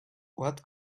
what